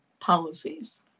policies